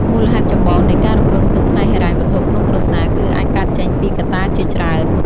មូលហេតុចម្បងនៃការរំពឹងទុកផ្នែកហិរញ្ញវត្ថុក្នុងគ្រួសារ គឺអាចកើតចេញពីកត្តាជាច្រើន ។